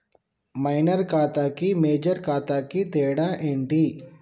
Minor ఖాతా కి major ఖాతా కి తేడా ఏంటి?